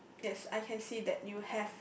yes I can see that you have